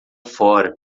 fora